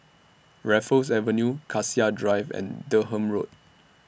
Raffles Avenue Cassia Drive and Durham Road